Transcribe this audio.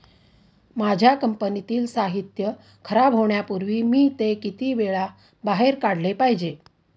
माझ्या कंपनीतील साहित्य खराब होण्यापूर्वी मी ते किती वेळा बाहेर काढले पाहिजे?